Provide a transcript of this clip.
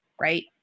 right